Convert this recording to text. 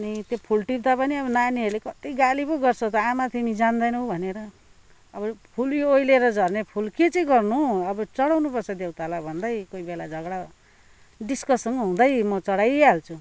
अनि त्यो फुल टिप्दा पनि अब नानीहरूले कति गाली पो गर्छ त आमा तिमी जान्दैनौँ भनेर अब फुल यो ओइलिएर झर्ने फुल चाहिँ के गर्नु अब चढाउनुपर्छ देउतालाई भन्दै कोही बेला झगडा डिस्कसन हुँदै म चढाइहाल्छु